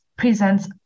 presents